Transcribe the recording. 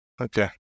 Okay